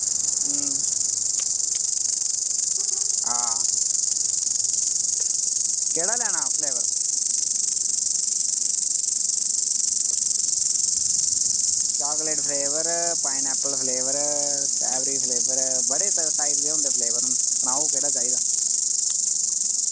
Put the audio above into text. हां केह्ड़ा लैना flavour chocolate flavour pineapple flavour बड़े टाईप गेदे होंदे फ्लेवर हून सनाओ केह्ड़ा चाहिदा